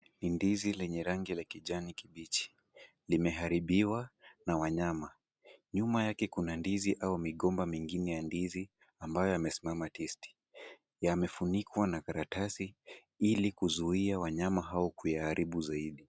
Ni ndizi lenye rangi ya kijani kibichi. Limeharibiwa na wanyama. Nyuma yake kuna ndizi au migomba mengine ya ndizi ambayo yamesimama tisti. Yamefunikwa na karatasi ili kuzuia wanyama hao kuyaharibu zaidi.